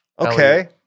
Okay